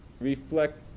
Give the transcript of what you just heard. reflect